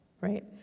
right